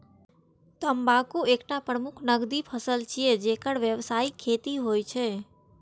तंबाकू एकटा प्रमुख नकदी फसल छियै, जेकर व्यावसायिक खेती होइ छै